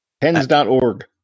Pens.org